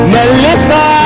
Melissa